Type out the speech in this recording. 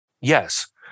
Yes